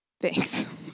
Thanks